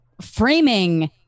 framing